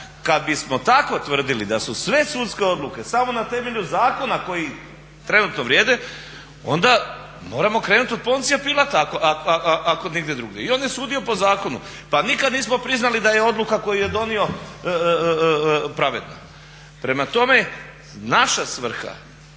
Kada bismo tako tvrdili da su sve sudske odluke samo na temelju zakoni koji trenutno vrijede onda moramo krenuti od Poncija Pilata ako nigdje drugdje i on je sudio po zakonu. Pa nikada nismo priznali da je odluka koju je donio pravedna. Prema tome naša svrha,